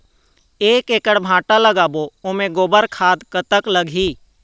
एक एकड़ भांटा लगाबो ओमे गोबर खाद कतक लगही?